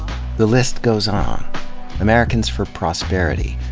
the list goes on americans for prosperity,